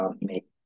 make